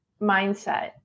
mindset